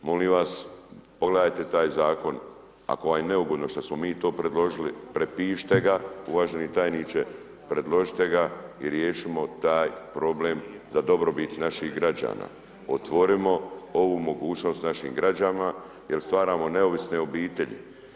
Molim vas, pogledajte taj Zakon, ako vam je neugodno što smo mi to predložili, prepišite ga uvaženi tajniče, predložite ga i riješimo taj problem za dobrobit naših građana, otvorimo ovu mogućnost našim građanima, jer stvaramo neovisne obitelji.